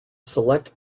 select